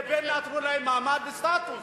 לבין להקנות להם מעמד וסטטוס.